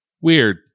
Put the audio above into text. Weird